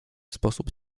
sposób